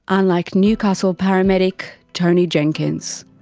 unlike newcastle paramedic, tony jenkins.